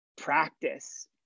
practice